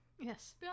Yes